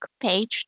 page